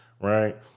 right